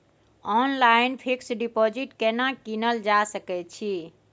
Online fix deposit केना कीनल जा सकै छी?